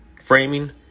framing